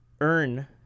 earn